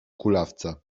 kulawca